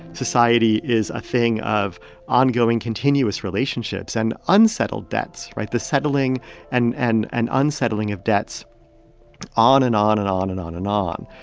society is a thing of ongoing, continuous relationships and unsettled debts right? the settling and and unsettling of debts on and on and on and on and on.